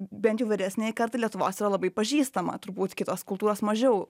bent jau vyresniajai kartai lietuvos yra labai pažįstama turbūt kitos kultūros mažiau